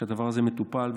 שהדבר הזה מטופל,